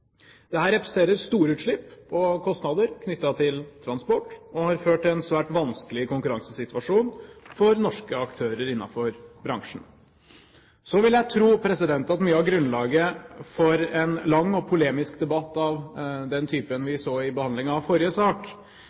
representerer store utslipp og kostnader knyttet til transport, og har ført til en svært vanskelig konkurransesituasjon for norske aktører innenfor bransjen. Så vil jeg tro at mye av grunnlaget for en lang, polemisk debatt av den typen vi så i behandlingen av forrige sak